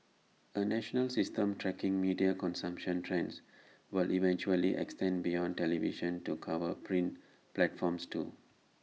A national system tracking media consumption trends will eventually extend beyond television to cover print platforms too